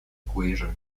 equation